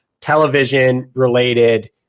television-related